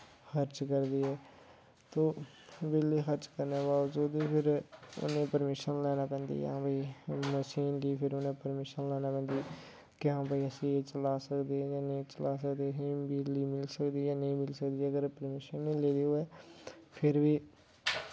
खर्च करदी ऐ तो बिजली खर्च करने दे बीबजूद बी फिर उनें प्रमीशन लैनी पौंदी ऐ हां भई मशीन दी फिर उनें प्रमीशन लैना पौंदी ऐ के हां भाई असी एह् चला सकदे आं जां नेईं चला सकदे अहें बिजली मिली सकदी ऐ जां नेईं मिली सकदी ऐ जेकर प्रमीशन निं लेदी होऐ फिर वी